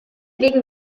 wegen